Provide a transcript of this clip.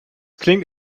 klingt